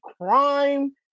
crime